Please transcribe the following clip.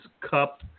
Cup